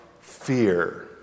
fear